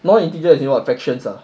non integer as in what fractions ah